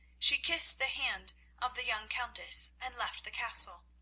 she kissed the hand of the young countess and left the castle.